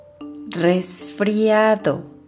resfriado